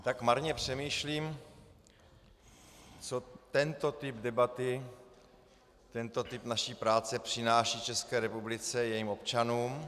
Tak marně přemýšlím, co tento typ debaty, tento typ naší práce, přináší České republice, jejím občanům.